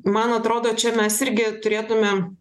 man atrodo čia mes irgi turėtume